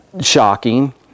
Shocking